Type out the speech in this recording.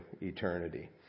eternity